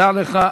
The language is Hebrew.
דע לך,